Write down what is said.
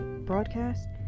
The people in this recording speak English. broadcast